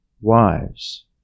Wives